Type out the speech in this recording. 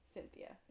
Cynthia